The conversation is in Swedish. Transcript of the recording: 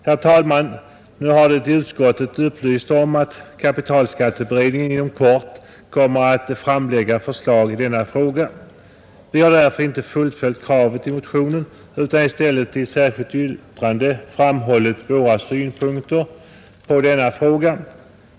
Herr talman! Det har i utskottet upplysts att kapitalskatteberedningen inom kort kommer att framlägga förslag i denna fråga. Vi har därför inte fullföljt kravet i motionen utan i stället i ett särskilt yttrande framhållit våra synpunkter på detta problem.